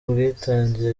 ubwitange